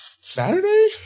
Saturday